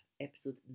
episode